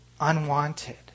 unwanted